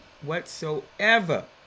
whatsoever